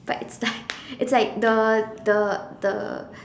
but it's like it's like the the the